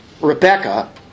Rebecca